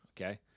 Okay